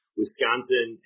Wisconsin